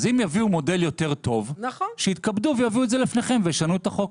אז אם יביאו מודל יותר טוב שיתכבדו ויביאו את זה לפניכם וישנו את החוק.